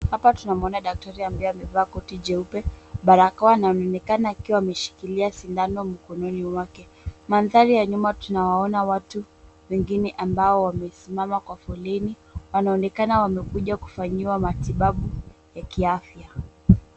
Hapa tunamuona daktari ambaye amevaa koti jeupe. Barakoa inaonekana akiwa ameshikilia sindano mkononi mwake. Mandhari ya nyuma tunawaona watu wengine ambao wamesimama kwa foleni. Wanaonekana wamekuja kufanyiwa matibabu ya kiafya.